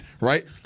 right